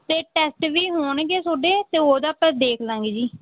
ਅਤੇ ਟੈਸਟ ਵੀ ਹੋਣਗੇ ਤੁਹਾਡੇ ਅਤੇ ਉਹਦਾ ਆਪਾਂ ਦੇਖ ਲਵਾਂਗੇ ਜੀ